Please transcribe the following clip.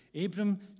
Abram